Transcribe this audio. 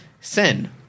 sin